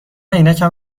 عینکم